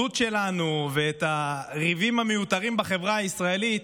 ההיפרדות שלנו ואת הריבים המיותרים בחברה הישראלית.